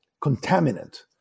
contaminant